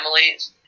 families